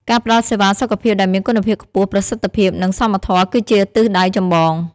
ការផ្តល់សេវាសុខភាពដែលមានគុណភាពខ្ពស់ ប្រសិទ្ធភាព និងសមធម៌គឺជាទិសដៅចម្បង។